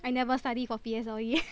I never study for P_S_L_E